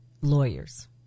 lawyers